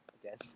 again